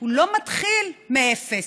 הוא לא מתחיל מאפס.